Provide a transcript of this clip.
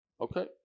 Okay